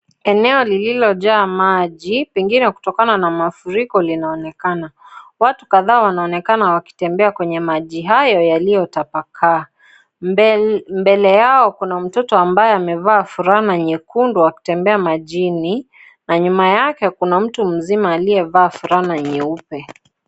Eneo lililojaa maji pengine kutokana na mafuriko inaonekana. Watu kadhaa wanaonekana wakitembea kwenye maji hayo yaliyo tapakaa, mbele yao kuna mtoto ambaye amevaa fulana nyekundu akitembea majini na nyuma yake kuna mtu mzima aliyefaa fulana nyeupe.